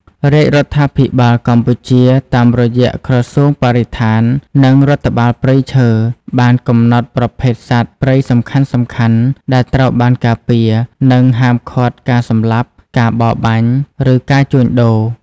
រាជរដ្ឋាភិបាលកម្ពុជា តាមរយៈក្រសួងបរិស្ថាន និងរដ្ឋបាលព្រៃឈើ បានកំណត់ប្រភេទសត្វព្រៃសំខាន់ៗដែលត្រូវបានការពារ និងហាមឃាត់ការសម្លាប់ ការបរបាញ់ ឬការជួញដូរ។